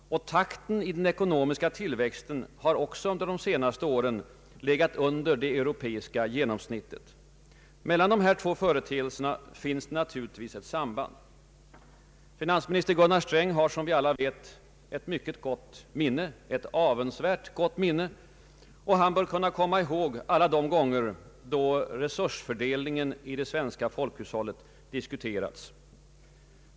Takten i den ekonomiska tillväxten har också under de senaste åren legat under det europeiska genomsnittet. Mellan dessa två företeelser finns naturligtvis ett samband. Finansminister Gunnar Sträng har, som vi alla vet, ett mycket gott minne — ett avundsvärt gott minne — och han bör kunna komma ihåg alla de gånger då resursfördelningen i det svenska folkhushållet diskuterats.